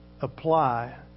apply